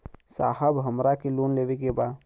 साहब हमरा के लोन लेवे के बा